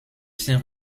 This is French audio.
saint